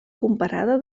comparada